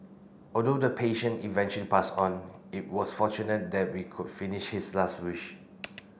although the patient eventually passed on it was fortunate that we could finish his last wish